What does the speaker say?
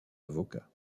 avocats